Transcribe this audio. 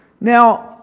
Now